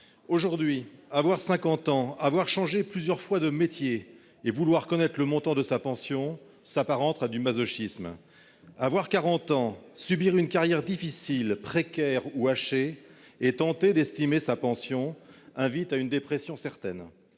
Aujourd'hui, à 50 ans, si l'on a changé plusieurs fois de métier, vouloir connaître le montant de sa pension s'apparente à du masochisme. À 40 ans, si l'on a subi une carrière difficile, précaire ou hachée, tenter d'estimer sa pension invite à une dépression certaine.